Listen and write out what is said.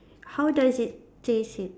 how does it taste it